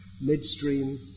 midstream